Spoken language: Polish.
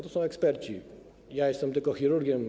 To są eksperci, ja jestem tylko chirurgiem.